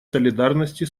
солидарности